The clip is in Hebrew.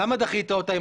למה דחית אותה?